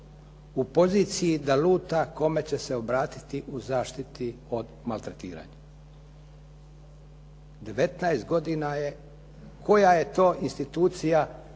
u poziciji da luta kome će se obratiti u zaštiti od maltretiranja. 19 godina je. Koja je to institucija